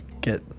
get